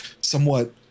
somewhat